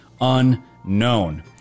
unknown